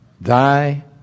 thy